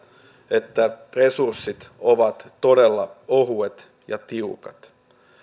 että resurssit ovat todella ohuet ja tiukat